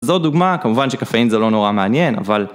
זו דוגמה, כמובן שקפאין זה לא נורא מעניין, אבל...